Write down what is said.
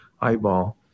eyeball